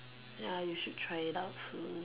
ya you should try it out soon